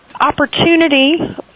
opportunity